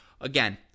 Again